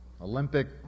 Olympic